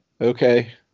okay